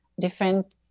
different